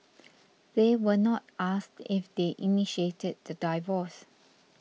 they were not asked if they initiated the divorce